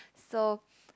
so